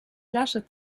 lasche